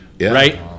Right